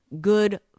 good